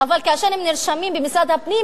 אבל כאשר הם נרשמים במשרד הפנים,